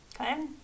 Okay